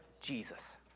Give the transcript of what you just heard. Jesus